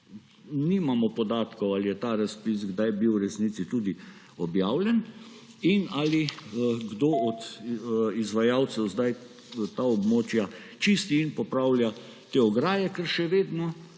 nimamo podatkov, ali je ta razpis kdaj bil v resnici tudi objavljen in ali kdo od izvajalcev zdaj ta območja čisti in popravlja te ograje, ker še vedno